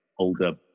older